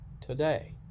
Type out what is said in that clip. today